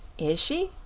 is she?